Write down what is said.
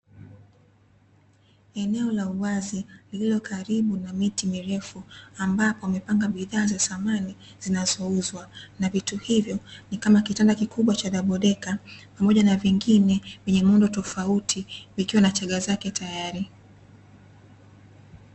Eneo la uwazi lililo karibu na miti mirefu ambapo wamepanga bidhaa za samani zinazo uzwa, na vitu hivyo ni kama kitanda kikubwa cha dabodeka pamoja na vingine vyenye muundo tofauti, vikiwa na chaga zake tayari.